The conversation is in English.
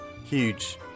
huge